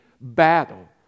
battle